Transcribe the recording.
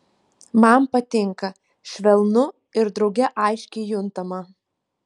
man patinka švelnu ir drauge aiškiai juntama